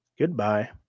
Goodbye